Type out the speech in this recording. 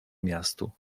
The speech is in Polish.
miastu